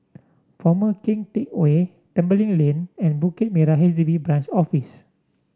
Former Keng Teck Whay Tembeling Lane and Bukit Merah H D B Branch Office